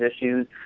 issues